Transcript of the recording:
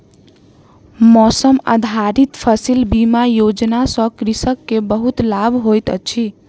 मौसम आधारित फसिल बीमा योजना सॅ कृषक के बहुत लाभ होइत अछि